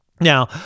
Now